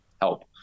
help